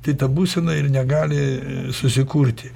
tai ta būsena ir negali susikurti